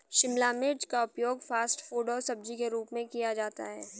शिमला मिर्च का उपयोग फ़ास्ट फ़ूड और सब्जी के रूप में किया जाता है